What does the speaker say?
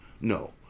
No